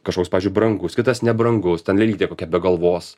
kažkoks pavyzdžiui brangus kitas nebrangus ten lėlytė kokia be galvos